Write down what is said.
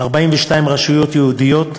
42 רשויות יהודיות,